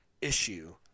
issue